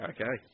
Okay